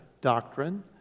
doctrine